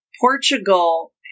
Portugal